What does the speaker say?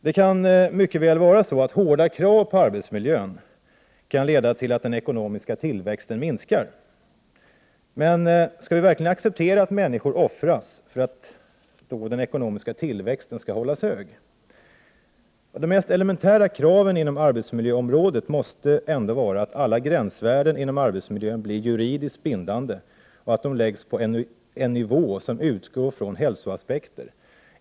Det kan mycket väl vara så, att hårda krav på arbetsmiljön kan leda till att den ekonomiska tillväxten minskar. Men skall vi verkligen acceptera att människor offras för att den ekonomiska tillväxten skall hållas hög? Ett av de mest elementära kraven inom arbetsmiljöområdet måste ändå vara att alla gränsvärden blir juridiskt bindande och att de läggs på en nivå där man utgår från hälsoaspekter.